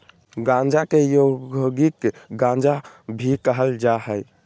गांजा के औद्योगिक गांजा भी कहल जा हइ